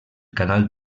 canal